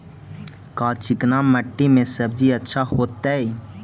का चिकना मट्टी में सब्जी अच्छा होतै?